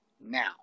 Now